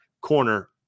corner